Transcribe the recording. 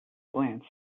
glance